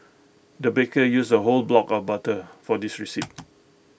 the baker used A whole block of butter for this recipe